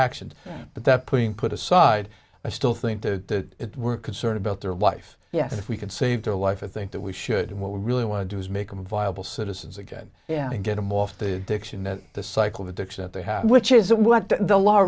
actions but that putting put aside i still think to it we're concerned about their life yes if we can save their life i think that we should what we really want to do is make them viable citizens again yeah get them off the diction that the cycle of addiction that they have which is what the law